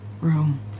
room